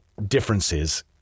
differences